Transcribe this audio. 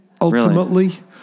ultimately